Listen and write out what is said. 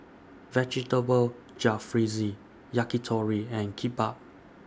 Vegetable Jalfrezi Yakitori and Kimbap